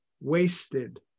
wasted